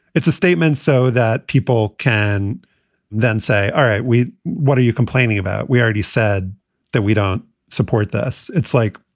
it's a statement so that people can then say, all right, we what are you complaining about? we already said that we don't support this. it's like,